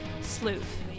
Sleuth